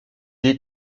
est